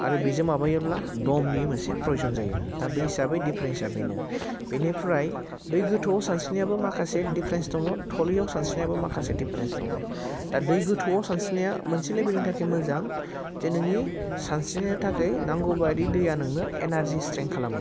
आरो बेजों माबायोब्ला दमनि मोनसे फ्रयजन जायो दा बे हिसाबै दिफारेन्सआ बेनो बेनिफ्राय दै गोथौआव सानस्रिनायाबो माखासे दिफारेन्स दङ थौलेआव सानस्रिनायाबो माखासे दिफारेन्स दङ दा दै गोथौआव सानस्रिनाया मोनसे लेभेलनि थाखाय मोजां जे नोंनि सानस्रिनाया थाखाय नांगौबायदि दैआ नोंनो एनारजि स्ट्रेंग्थ खालामो